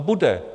Bude.